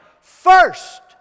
First